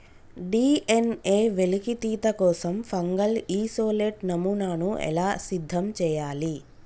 DNA వెలికితీత కోసం fungal isolate నమూనాను ఎలా సిద్ధం చెయ్యాలి?